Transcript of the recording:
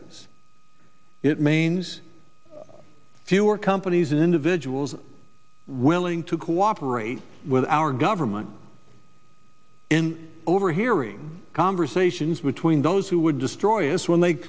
surveillances it means fewer companies individuals willing to cooperate with our government in overhearing conversations between those who would destroy us when they